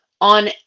on